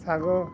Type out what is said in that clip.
ଶାଗ